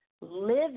live